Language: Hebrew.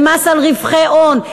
הם מס על רווחי הון.